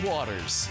Waters